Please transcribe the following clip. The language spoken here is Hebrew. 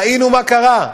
ראינו מה קרה.